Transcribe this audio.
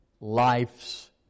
life's